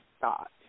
thought